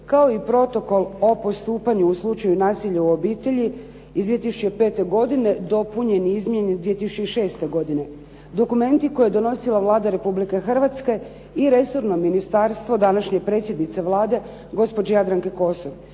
kao i Protokol o postupanju u slučaju nasilja u obitelji iz 2005., dopunjen i izmijenjen 2006. godine, dokumenti koje je donosila Vlada Republike Hrvatske i resorno ministarstvo današnje predsjednice Vlade, gospođe Jadranke Kosor.